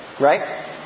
Right